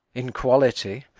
in quality.